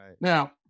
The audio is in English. Now